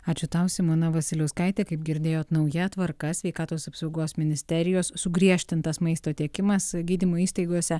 ačiū tau simona vasiliauskaitė kaip girdėjot nauja tvarka sveikatos apsaugos ministerijos sugriežtintas maisto tiekimas gydymo įstaigose